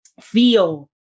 feel